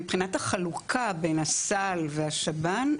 מבחינת החלוקה בין הסל לבין השב"ן,